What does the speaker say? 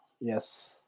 Yes